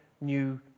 new